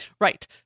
right